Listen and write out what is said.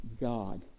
God